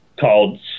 called